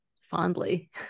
fondly